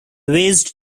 raised